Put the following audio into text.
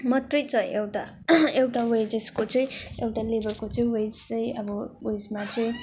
मात्रै छ एउटा एउटा वेजेसको चाहिँ एउटा लेबरको चाहिँ वेज चाहिँ अब उएसमा चाहिँ